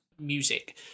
music